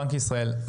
בנק ישראל,